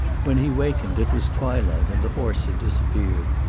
when he wakened it was twilight, and the horse had disappeared.